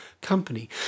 company